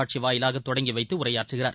காட்சி வாயிலாக தொடங்கி வைத்து உரையாற்றுகிறார்